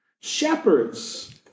shepherds